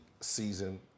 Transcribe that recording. season